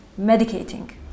medicating